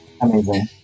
Amazing